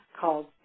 called